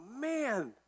man